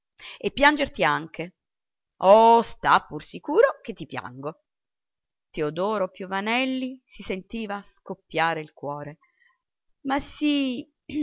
e piangerti anche oh sta pur sicuro che ti piango teodoro piovanelli si sentiva scoppiare il cuore ma sì